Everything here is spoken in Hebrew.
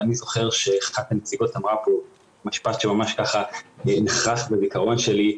אני זוכר שאחת הנציגות אמרה פה משפט שממש ככה נחרת בזיכרון שלי,